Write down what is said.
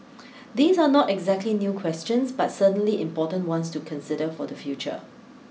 these are not exactly new questions but certainly important ones to consider for the future